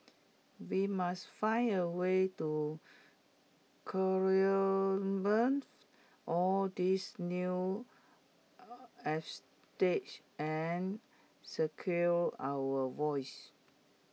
we must find A way to all these new and secure our votes